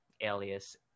alias